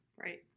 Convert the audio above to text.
Right